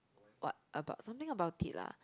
what about something about it lah